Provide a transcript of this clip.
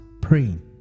praying